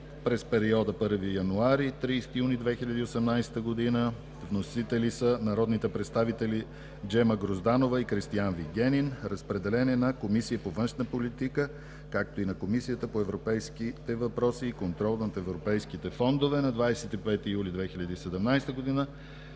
през периода 1 януари – 30 юни 2018 г. Вносители са народните представители Джема Грозданова и Кристиан Вигенин. Разпределен е на Комисията по външна политика, както и на Комисията по европейските въпроси и контрол над европейските фондове. На 25 юли 2017 г.